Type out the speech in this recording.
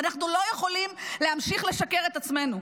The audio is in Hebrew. אנחנו לא יכולים להמשיך לשקר את עצמנו.